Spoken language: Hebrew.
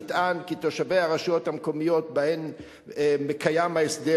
נטען כי תושבי הרשויות המקומיות שבהן קיים ההסדר